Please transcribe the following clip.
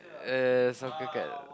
yeah yeah yeah soccer card